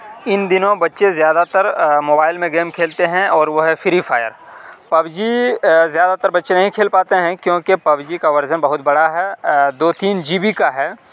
ان دنوں بچے زیادہ تر موبائل میں گیم کھیلتے ہیں اور وہ ہے فری فائر پب جی زیادہ تر بچے نہیں کھیل پاتے ہیں کیونکہ پب جی کا ورزن بہت بڑا ہے دو تین جی بی کا ہے